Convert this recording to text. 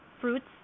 fruits